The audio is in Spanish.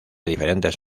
diferentes